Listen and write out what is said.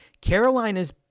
Carolina's